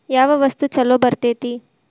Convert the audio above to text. ಯಾವ ವಸ್ತು ಛಲೋ ಬರ್ತೇತಿ?